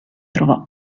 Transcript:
trovò